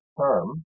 term